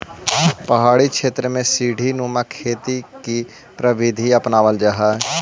पहाड़ी क्षेत्रों में सीडी नुमा खेती की प्रविधि अपनावाल जा हई